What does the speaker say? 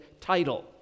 title